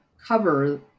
cover